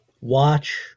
Watch